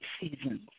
seasons